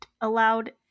allowed